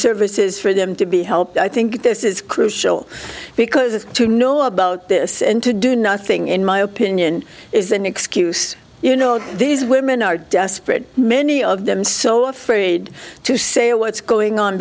services for them to be helped i think this is crucial because to know about this and to do nothing in my opinion is an excuse you know these women are desperate many of them so afraid to say what's going on